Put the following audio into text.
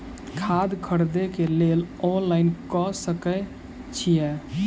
खाद खरीदे केँ लेल ऑनलाइन कऽ सकय छीयै?